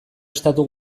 estatu